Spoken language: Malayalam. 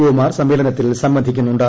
ഒ മാർ സമ്മേളനത്തിൽ സംബന്ധിക്കുന്നുണ്ട്